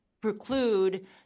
preclude